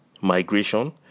migration